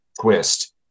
twist